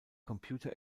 computer